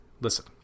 Listen